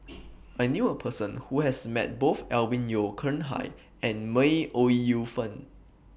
I knew A Person Who has Met Both Alvin Yeo Khirn Hai and May Ooi Yu Fen